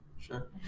sure